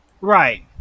Right